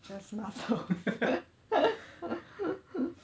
you're smarter